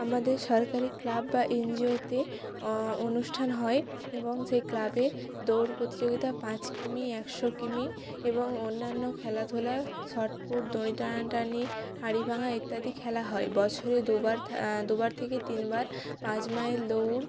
আমাদের সরকারি ক্লাব বা এনজিওতে অনুষ্ঠান হয় এবং সেই ক্লাবে দৌড় প্রতিযোগিতায় পাঁচ কিমি একশো কিমি এবং অন্যান্য খেলাধুলা শটপুট দড়ি টানাটানি হাঁড়ি ভাঙা ইত্যাদি খেলা হয় বছরে দুবার থা দু বার থেকে তিন বার পাঁচ মাইল দৌড়